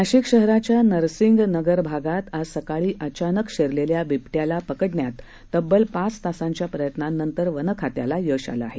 नाशिक शहराच्या नरसिंह नगर भागात आज सकाळी अचानक शिरलेल्या बिबट्याला पकडण्यात तब्बल पाच तासांच्या प्रयत्नानंतर वन खात्याला यश आले आहे